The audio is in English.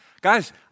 Guys